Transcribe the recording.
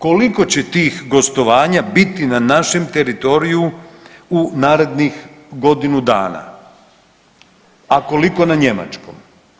Koliko će tih gostovanja biti na našem teritoriju u narednih godinu dana, a koliko na njemačkom?